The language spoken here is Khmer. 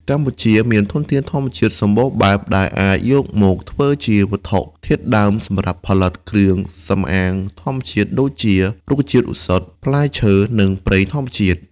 កម្ពុជាមានធនធានធម្មជាតិសម្បូរបែបដែលអាចយកមកធ្វើជាវត្ថុធាតុដើមសម្រាប់ផលិតគ្រឿងសម្អាងធម្មជាតិដូចជា រុក្ខជាតិឱសថ ផ្លែឈើ និងប្រេងធម្មជាតិ។